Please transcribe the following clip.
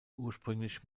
ursprünglich